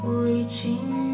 reaching